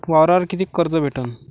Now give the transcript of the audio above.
वावरावर कितीक कर्ज भेटन?